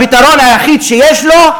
הפתרון היחיד שיש לו,